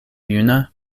juna